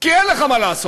כי אין לך מה לעשות.